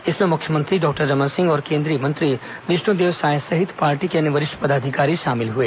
इसमें मुख्यमंत्री डॉक्टर रमन सिंह और केंद्रीय मंत्री विष्णुदेव साय सहित पार्टी के अन्य वरिष्ठ पदाधिकारी शामिल हुए